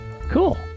Cool